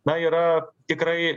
na yra tikrai